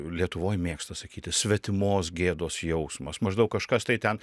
lietuvoj mėgsta sakyti svetimos gėdos jausmas maždaug kažkas tai ten